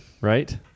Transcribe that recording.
right